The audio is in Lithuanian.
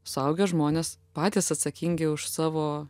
suaugę žmonės patys atsakingi už savo